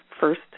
first